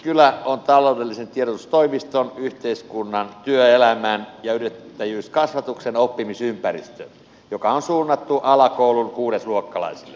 yrityskylä on taloudellisen tiedotustoimiston yhteiskunnan työelämän ja yrittäjyyskasvatuksen oppimisympäristö joka on suunnattu alakoulun kuudesluokkalaisille